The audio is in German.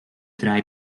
drei